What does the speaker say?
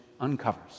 uncovers